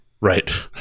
right